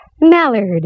Mallard